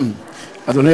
אדוני